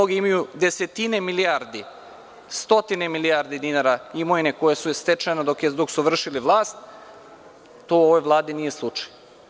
Mnogi imaju desetine milijardi, stotine milijardi dinara imovine koja je stečena dok su vršili vlast, to u ovoj Vladi nije slučaj.